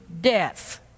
death